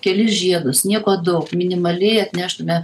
kelis žiedus nieko daug minimaliai atneštume